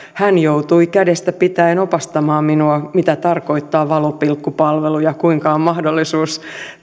hän joutui kädestä pitäen opastamaan minua mitä tarkoittaa valopilkku palvelu ja kuinka on mahdollisuus